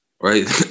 right